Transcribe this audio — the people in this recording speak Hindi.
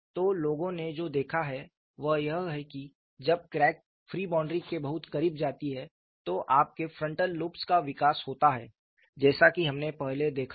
तो लोगों ने जो देखा है वह यह है कि जब क्रैक फ्री बाउंड्री के बहुत करीब जाती है तो आपके फ्रंटल लूप्स का विकास होता है जैसा कि हमने पहले देखा था